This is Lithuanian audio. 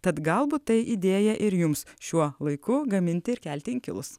tad galbūt tai idėja ir jums šiuo laiku gaminti ir kelti inkilus